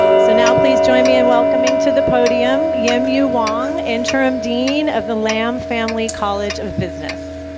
so now, please join me in welcoming to the podium yim-yu wong, interim dean of the lam family college of business.